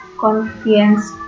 Confidence